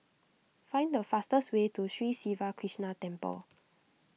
find the fastest way to Sri Siva Krishna Temple